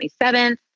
27th